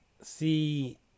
see